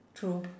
true